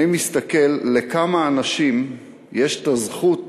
אני מסתכל, לכמה אנשים יש הזכות